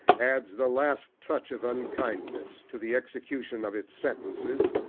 adds the last touch of unkindness to the execution of its sentences,